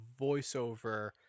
voiceover